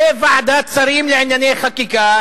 בוועדת השרים לענייני חקיקה